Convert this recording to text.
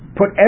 put